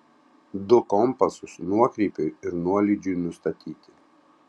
du kompasus nuokrypiui ir nuolydžiui nustatyti